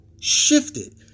shifted